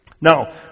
Now